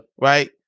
Right